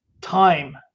time